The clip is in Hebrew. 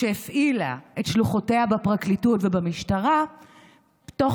שהפעילה את שלוחותיה בפרקליטות ובמשטרה תוך